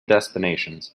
destinations